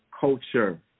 culture